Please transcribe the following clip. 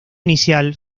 inicial